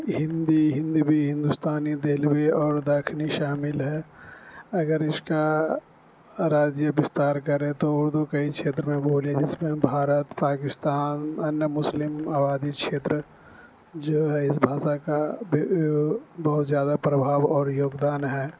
ہندی ہندبی ہندوستانی دہلوی اور دکنی شامل ہے اگر اش کا راجیہ بستار کریں تو اردو کئی چھیتر میں بولے جس میں بھارت پاکستان انیہ مسلم آبادی چھیتر جو ہے اس بھاشا کا بہت زیادہ پربھاؤ اور یوگدان ہے